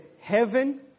heaven